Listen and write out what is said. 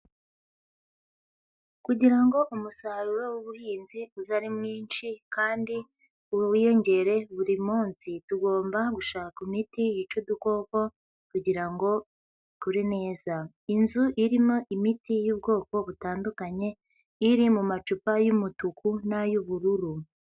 Kugira ngo umusaruro w'ubuhinzi uze ari mwinshi kandi wiyongere buri munsi tugomba gushaka imiti yica udukoko kugira ngo ikure neza, inzu irimo imiti y'ubwoko butandukanye iri mu macupa y'umutuku n'ay'ubururu.